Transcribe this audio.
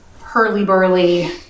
hurly-burly